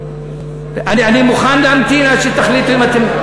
אני מוכן להמתין עד שתחליטו אם אתם,